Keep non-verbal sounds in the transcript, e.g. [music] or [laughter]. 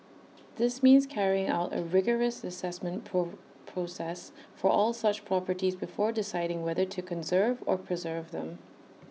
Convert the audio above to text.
[noise] this means carrying out A rigorous Assessment [unintelligible] process for all such properties before deciding whether to conserve or preserve them